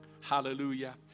Hallelujah